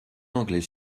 anglais